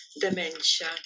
dementia